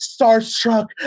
starstruck